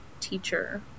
teacher